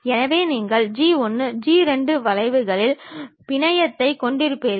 எனவே நீங்கள் G 1 G 2 வளைவுகளின் பிணையத்தைக் கொண்டிருப்பீர்கள்